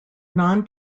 non